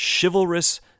chivalrous